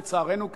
לצערנו,